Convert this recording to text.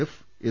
F S